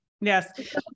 yes